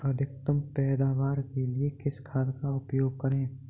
अधिकतम पैदावार के लिए किस खाद का उपयोग करें?